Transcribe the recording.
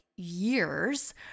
years